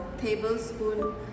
tablespoon